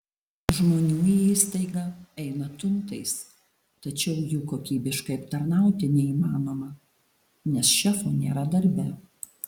žmonių į įstaigą eina tuntais tačiau jų kokybiškai aptarnauti neįmanoma nes šefo nėra darbe